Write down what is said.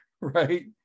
right